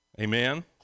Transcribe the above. Amen